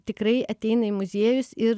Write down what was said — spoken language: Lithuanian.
tikrai ateina į muziejus ir